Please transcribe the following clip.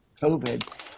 COVID